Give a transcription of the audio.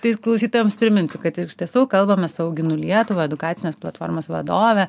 tai klausytojams priminsiu kad iš tiesų kalbamės su auginu lietuvą edukacinės platformos vadove